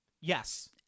Yes